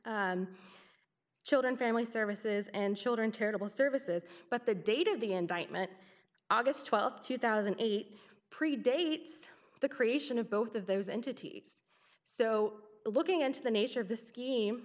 children family services and children terrible services but the date of the indictment august twelfth two thousand and eight predates the creation of both of those entities so looking into the nature of the scheme